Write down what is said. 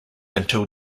until